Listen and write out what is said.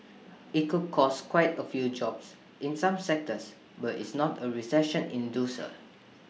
IT could cost quite A few jobs in some sectors but it's not A recession inducer